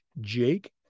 Jake